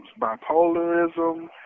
bipolarism